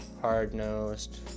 hard-nosed